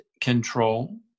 control